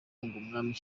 w’umwami